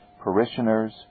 Parishioners